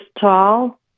tall